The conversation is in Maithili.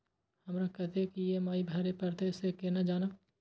हमरा कतेक ई.एम.आई भरें परतें से केना जानब?